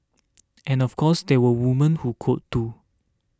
and of course there were woman who code too